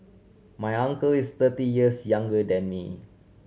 my uncle is thirty years younger than me